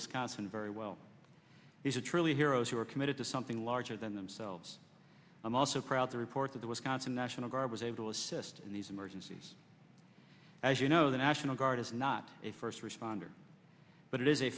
wisconsin very well these are truly heroes who are committed to something larger than themselves i'm also proud to report that the wisconsin national guard was able to assist in these emergencies as you know the national guard is not a first responder but it is a